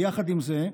עם זאת,